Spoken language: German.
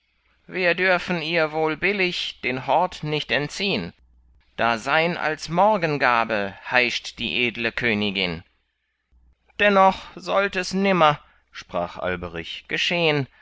wir dürfen ihr wohl billig den hort nicht entziehn da sein als morgengabe heischt die edle königin dennoch sollt es nimmer sprach alberich geschehn